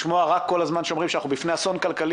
לשמוע כל הזמן רק שאנחנו בפני אסון כלכלי,